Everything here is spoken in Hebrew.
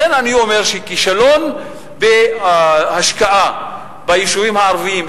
לכן אני אומר שכישלון בהשקעה ביישובים הערביים,